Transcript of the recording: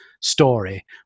story